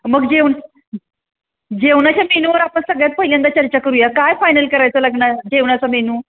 मग जेवण जेवणाच्या मेनूवर आपण सगळ्यात पहिल्यांदा चर्चा करूया काय फायनल करायचं लग्नात जेवणाचं मेनू